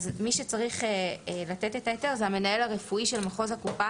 מי שצריך לתת את ההיתר הוא המנהל הרפואי של מחוז הקופה